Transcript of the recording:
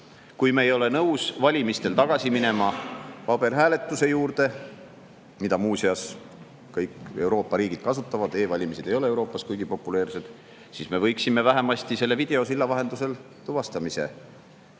kui me ei ole nõus valimistel tagasi minema paberhääletuse juurde, mida muuseas kõik Euroopa riigid kasutavad – e-valimised ei ole Euroopas kuigi populaarsed –, siis me võiksime vähemasti selle videosilla vahendusel tuvastamise